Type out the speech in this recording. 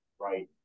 right